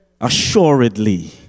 assuredly